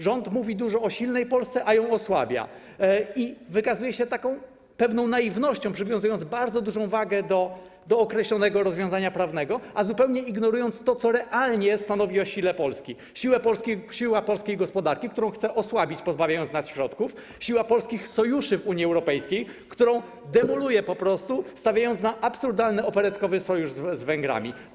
Rząd mówi dużo o silnej Polsce, a ją osłabia i wykazuje się taką pewną naiwnością, przywiązując bardzo dużą wagę do określonego rozwiązania prawnego, a zupełnie ignorując to, co realnie stanowi o sile Polski - siłę polskiej gospodarki, którą chce osłabić, pozbawiając nas środków, siłę polskich sojuszy w Unii Europejskiej, którą demoluje po prostu, stawiając na absurdalny, operetkowy sojusz z Węgrami.